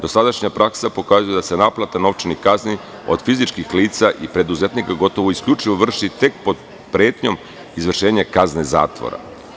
Dosadašnja praksa pokazuje da se naplata novčanih kazni od fizičkih lica i preduzetnika, isključivo vrši pod pretenjom izvršenja kazne zatvora.